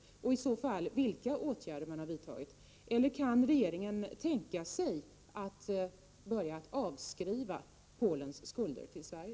Vilka åtgärder har man i så fall vidtagit? Kan regeringen tänka sig att börja avskriva Polens skulder till Sverige?